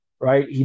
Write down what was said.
right